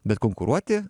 bet konkuruoti